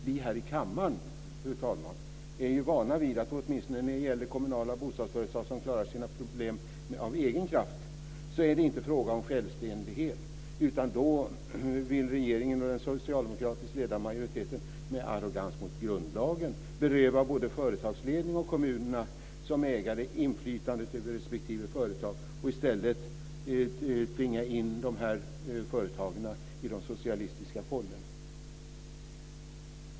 Vi här i kammaren är ju vana vid, åtminstone när det gäller kommunala bostadsföretag som klarar sina problem av egen kraft, att det inte är fråga om någon självständighet, utan då vill regeringen och den socialdemokratiskt ledda majoriteten med arrogans mot grundlagen beröva både företagen och kommunerna som ägare inflytandet över respektive företag och i stället tvinga in dessa företag i de socialistiska fållorna.